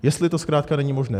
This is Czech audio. Jestli to zkrátka není možné.